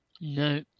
No